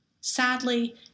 Sadly